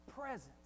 presence